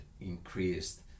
increased